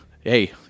hey